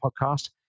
podcast